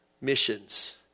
missions